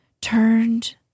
turned